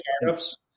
startups